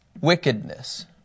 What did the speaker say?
wickedness